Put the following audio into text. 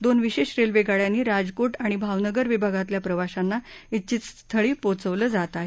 दोन विशेष रेल्वे गाडयांनी राजकोट आणि भावनगर विभागातल्या प्रवाशांना ष्टिछत स्थळी पोहचवलं आहे